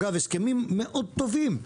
אגב, הסכמים מאוד טובים.